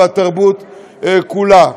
והתרבות כולה.